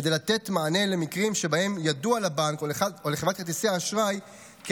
כדי לתת מענה למקרים שבהם ידוע לבנק או לחברת כרטיסי אשראי כי